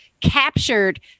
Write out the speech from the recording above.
captured